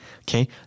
Okay